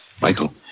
Michael